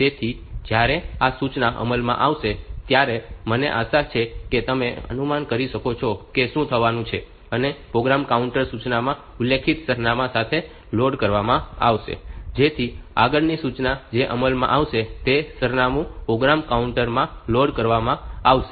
તેથી જ્યારે આ સૂચના અમલમાં આવશે ત્યારે મને આશા છે કે તમે અનુમાન કરી શકો છો કે શું થવાનું છે અને પ્રોગ્રામ કાઉન્ટર સૂચનામાં ઉલ્લેખિત સરનામા સાથે લોડ કરવામાં આવશે જેથી આગળની સૂચના જે અમલમાં આવશે તે સરનામું પ્રોગ્રામ કાઉન્ટર માં લોડ કરવામાં આવશે